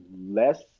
less